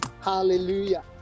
hallelujah